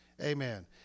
Amen